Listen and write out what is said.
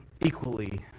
equally